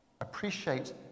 Appreciate